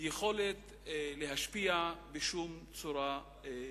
יכולת להשפיע בשום צורה שהיא.